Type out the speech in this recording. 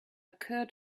occur